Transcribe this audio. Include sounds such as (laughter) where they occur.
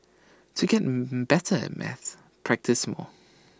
to get (hesitation) better at maths practise more